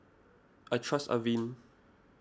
I trust Avene